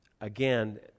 again